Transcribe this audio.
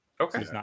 Okay